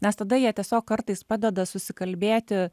nes tada jie tiesiog kartais padeda susikalbėti